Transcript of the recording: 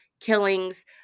killings